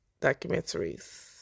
documentaries